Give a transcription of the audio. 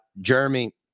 Jeremy